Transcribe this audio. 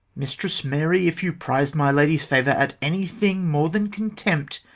mistress mary, if you priz'd my lady's favour at any thing more than contempt,